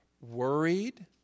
worried